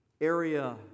area